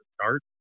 start